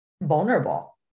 vulnerable